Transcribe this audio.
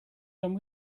come